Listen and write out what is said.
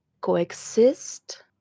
coexist